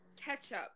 Ketchup